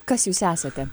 kas jūs esate